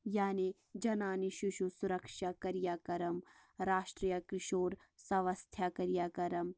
یعنی جنانی شِشو سُرَکشا کریاکَرَم راشٹریہ کِشور سوستھا کریاکَرَم